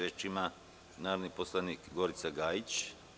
Reč ima narodni poslanik Gorica Gajić.